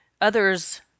others